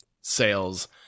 sales